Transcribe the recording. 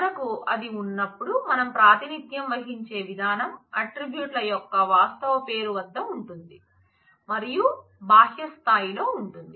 మనకు అది ఉన్నప్పుడు మనం ప్రాతినిధ్యం వహించే విధానం ఆట్రిబ్యూట్ యొక్క వాస్తవ పేరు వద్ద ఉంటుంది మరియు బాహ్య స్థాయిలో ఉంటుంది